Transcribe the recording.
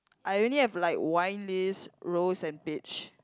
I only have like wine list rose and beach